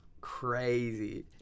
crazy